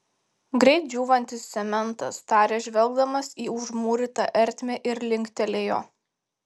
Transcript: greit džiūvantis cementas tarė žvelgdamas į užmūrytą ertmę ir linktelėjo